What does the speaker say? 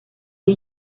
les